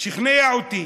שכנע אותי.